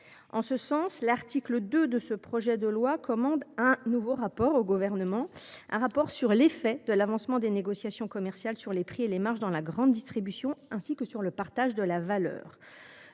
En ce sens, l’article 2 du projet de loi a pour objet de commander au Gouvernement un rapport sur l’effet de l’avancement des négociations commerciales sur les prix et les marges dans la grande distribution, ainsi que sur le partage de la valeur.